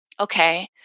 Okay